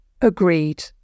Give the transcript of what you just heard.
Agreed